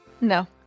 No